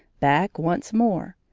back once more,